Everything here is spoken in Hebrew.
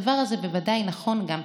הדבר הזה בוודאי נכון גם פנימית.